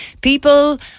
people